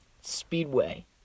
Speedway